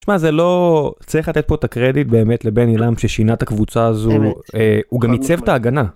שמע זה לא... צריך לתת פה את הקרדיט באמת לבני לאמפ ששינה את הקבוצה הזו הוא גם ייצב את ההגנה